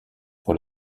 pour